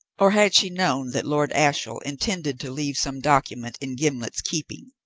or had she known that lord ashiel intended to leave some document in gimblet's keeping,